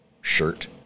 shirt